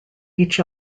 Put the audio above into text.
each